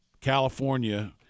California